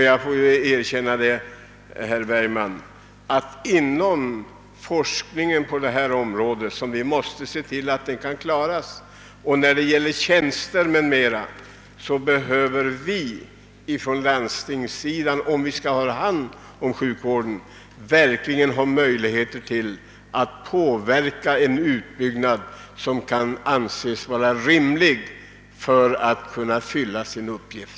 Jag måste, herr Bergman, erkänna att forskningen på detta område måste klaras, och när det gäller tjänster m.m. behöver vi på landstingssidan, om vi skall ha hand om sjukvården, verkligen få möjligheter att förverkliga en utbyggnad som kan anses vara rimlig för att kunna fylla sin uppgift.